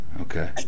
okay